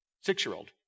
Six-year-old